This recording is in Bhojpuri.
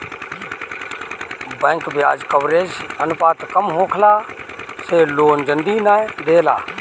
बैंक बियाज कवरेज अनुपात कम होखला से लोन जल्दी नाइ देला